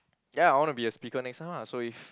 ya I wanna be a speaker next time ah so if